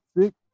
six